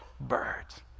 birds